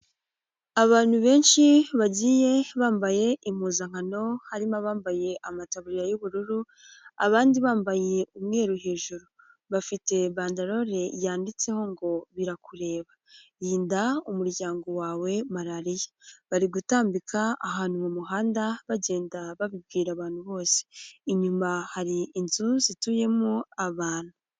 Abantu benshi bagiye bambaye impuzankano, harimo abambaye amataburiya y'ubururu abandi bambaye umweru hejuru, bafite bandalole yanditseho ngo: "Birakureba, rinda umuryango wawe Malaririya", bari gutambika ahantu mu muhanda bagenda babibwira abantu bose, inyuma hari inzu zituyemo abantu.